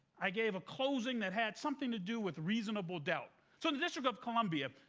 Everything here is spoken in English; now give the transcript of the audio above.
i gave a closing that had something to do with reasonable doubt. so, in the district of columbia,